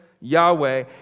Yahweh